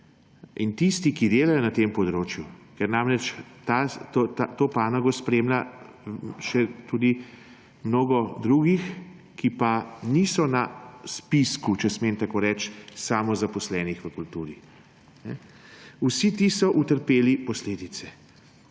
in tisti, ki delajo na tem področju, ker namreč to panogo spremlja še tudi mnogo drugih, ki pa niso na spisku, če smem tako reči, samozaposlenih v kulturi, vsi ti so utrpeli posledice.